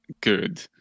good